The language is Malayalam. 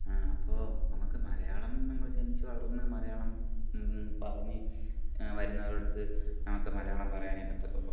അപ്പോൾ നമുക്ക് മലയാളം നമ്മൾ ജനിച്ചു വളർന്നു മലയാളം പറഞ്ഞു വരുന്നവരുടെ അടുത്ത് നമുക്ക് മലയാളം പറയാനെ പറ്റത്തുള്ളൂ